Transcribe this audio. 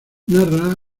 narra